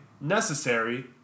necessary